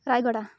Rayagada